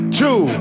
two